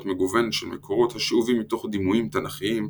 מגוונת של מקורות השאובים מתוך דימויים תנ"כיים,